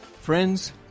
Friends